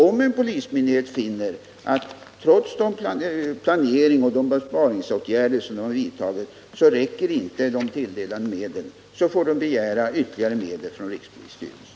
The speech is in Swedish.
Om en polismyndighet finner, att trots de planeringsoch besparingsåtgärder som har vidtagits de tilldelade medlen inte räcker, får den begära ytterligare medel från rikspolisstyrelsen.